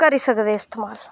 करी सकदे इस्तेमाल